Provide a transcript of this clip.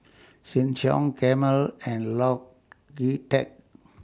Sheng Siong Camel and Logitech